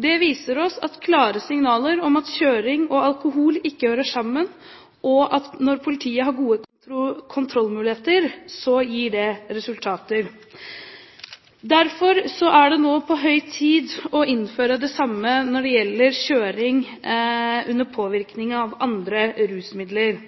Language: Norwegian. Det gir oss klare signaler om at kjøring og alkohol ikke hører sammen, og at når politiet har gode kontrollmuligheter, gir det resultater. Derfor er det på høy tid å innføre det samme når det gjelder kjøring under påvirkning av andre rusmidler.